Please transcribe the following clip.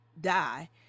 die